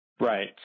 Right